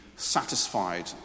satisfied